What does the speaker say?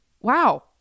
wow